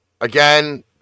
Again